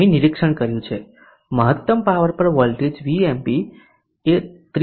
અહીં નિરીક્ષણ કર્યું છે મહત્તમ પાવર પર વોલ્ટેજ Vmp એ 30